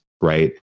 right